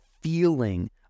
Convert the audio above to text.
feeling